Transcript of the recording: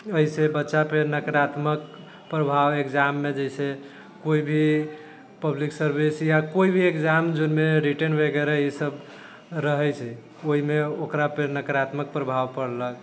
एहिसँ बच्चापर नकारात्मक प्रभाव एग्जाममे जैसे कोइ भी पब्लिक सर्विस या कोइ भी एग्जाम जाहिमे रिटन वगैरह रहै ई सब रहै छै ओइमे ओकरापर नकारात्मक प्रभाव पड़लक